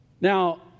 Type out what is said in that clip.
Now